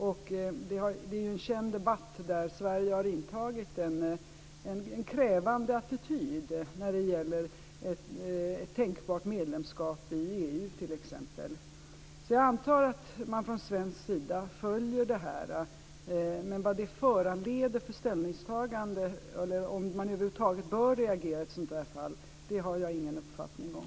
Det är ju en känd debatt, där Sverige har intagit en krävande attityd när det gäller ett tänkbart medlemskap i EU Jag antar att man från svensk sida följer detta. Men vad det föranleder för ställningstagande eller om man över huvud taget bör reagera i ett sådant här fall har jag ingen uppfattning om.